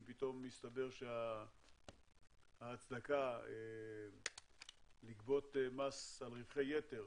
אם פתאום יסתבר שההצדקה לגבות מס על רווחי יתר